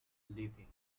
leaving